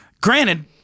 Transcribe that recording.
Granted